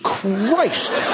Christ